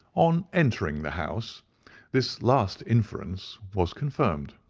on entering the house this last inference was confirmed.